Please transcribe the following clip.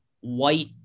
white